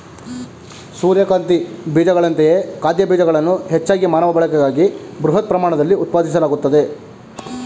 ಸೂರ್ಯಕಾಂತಿ ಬೀಜಗಳಂತೆಯೇ ಖಾದ್ಯ ಬೀಜಗಳನ್ನು ಹೆಚ್ಚಾಗಿ ಮಾನವ ಬಳಕೆಗಾಗಿ ಬೃಹತ್ ಪ್ರಮಾಣದಲ್ಲಿ ಉತ್ಪಾದಿಸಲಾಗ್ತದೆ